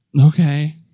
Okay